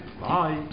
Bye